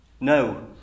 No